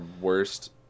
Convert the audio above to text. worst